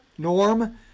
Norm